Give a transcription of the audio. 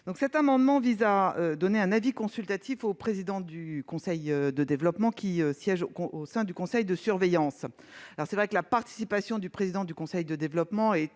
Cet amendement vise à préserver le rôle consultatif du président du conseil de développement, qui siège au sein du conseil de surveillance. Il est vrai que la participation du président du conseil de développement